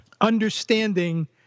understanding